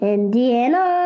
Indiana